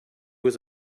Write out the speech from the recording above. was